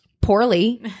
Poorly